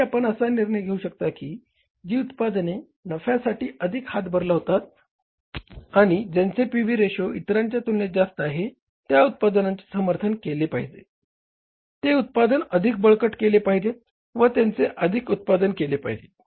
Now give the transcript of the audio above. आणि आपण असा निर्णय घेऊ शकता की जी उत्पादने नफ्यासाठी अधिक हातभार लावत आहेत आणि ज्यांचे पीव्ही रेशो इतरांच्या तुलनेत जास्त आहे त्या उत्पादनांचे समर्थन केले पाहिजे ते उत्पादन अधिक बळकट केले पाहिजे व त्यांचे अधिक उत्पादन केले पाहिजे